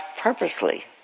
purposely